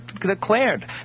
declared